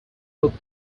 open